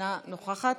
אינה נוכחת,